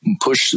push